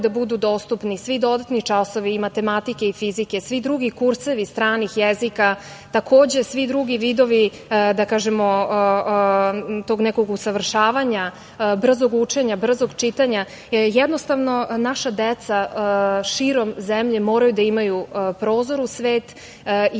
da budu dostupni svi dodatni časovi i matematike i fizike, svi drugi kursevi stranih jezika, takođe svi drugi vidovi da kažemo tog nekog usavršavanja, brzog učenja, brzog čitanja. Jednostavno, naša deca širom zemlje moraju da imaju prozor u svet i